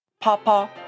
Papa